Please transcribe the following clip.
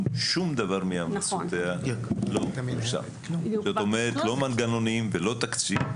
לא יושם; לא מנגנונים ולא תקציב.